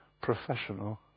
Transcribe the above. professional